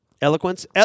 Eloquence